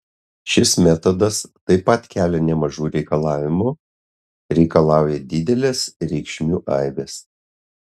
šis metodas taip pat kelia nemažų reikalavimų reikalauja didelės reikšmių aibės